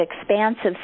expansive